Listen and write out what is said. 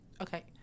okay